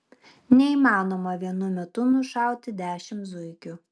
neįmanoma vienu metu nušauti dešimt zuikių